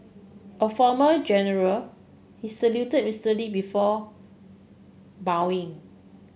a former general he saluted Mister Lee before bowing